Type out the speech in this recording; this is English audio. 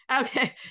okay